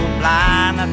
blind